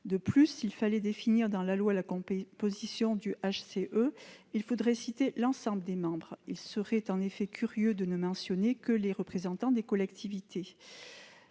ailleurs, s'il fallait définir dans la loi la composition du HCE, il faudrait citer l'ensemble de ses membres. Il serait en effet curieux de ne mentionner que les représentants des collectivités